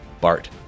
Bart